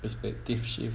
perspective shift